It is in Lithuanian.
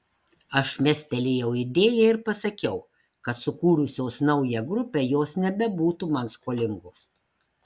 aš mestelėjau idėją ir pasakiau kad sukūrusios naują grupę jos nebebūtų man skolingos